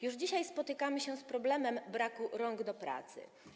Już dzisiaj spotykamy się z problemem braku rąk do pracy.